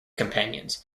companions